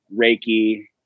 reiki